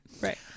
Right